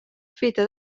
feta